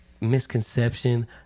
misconception